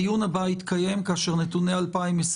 הדיון הבא יתקיים כאשר יהיו נתוני 2020,